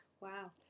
Wow